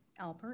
Alpert